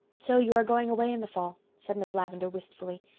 so you are going away in the fall? said miss lavendar wistfully.